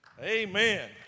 Amen